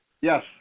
Yes